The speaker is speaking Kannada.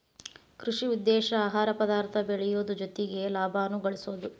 ಕೃಷಿ ಉದ್ದೇಶಾ ಆಹಾರ ಪದಾರ್ಥ ಬೆಳಿಯುದು ಜೊತಿಗೆ ಲಾಭಾನು ಗಳಸುದು